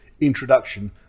introduction